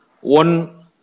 one